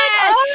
Yes